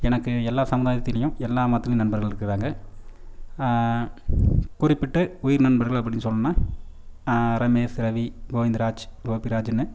எனக்கு எல்லா சமுதாயத்துலேயும் எல்லா மதத்துலேயும் நண்பர் இருக்கிறாங்க குறிப்பிட்டு உயிர் நண்பர்கள் அப்படின்னு சொன்னால் ரமேஷ் ரவி கோவிந்தராஜ் கோபிராஜ்னு